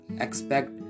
expect